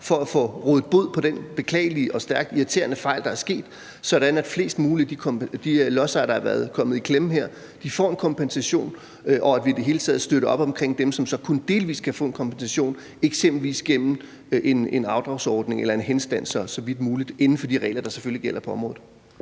for at få rådet bod på den beklagelige og stærkt irriterende fejl, der er sket, sådan at flest mulige af de lodsejere, der er kommet i klemme her, får en kompensation, og at vi i det hele taget støtter op omkring dem, som så kun delvis kan få en kompensation, eksempelvis gennem en afdragsordning eller en henstand, så vidt muligt inden for de regler, der selvfølgelig gælder på området.